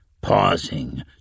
pausing